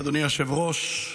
אדוני היושב-ראש,